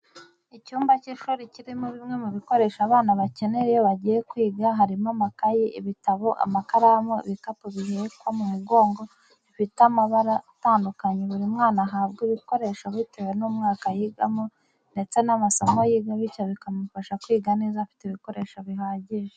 Icyumba cy'ishuri kirimo bimwe mu bikoresho abana bakenera iyo bagiye kwiga harimo amakaye, ibitabo, amakaramu, ibikapu bihekwa mu mugongo bifite amabara atandukanye buri mwana ahabwa ibikoresho bitewe n'umwaka yigamo ndetse n'amasomo yiga bityo bikamufasha kwiga neza afite ibikoresho bihagije.